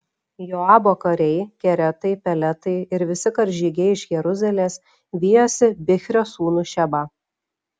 joabo kariai keretai peletai ir visi karžygiai iš jeruzalės vijosi bichrio sūnų šebą